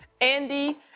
Andy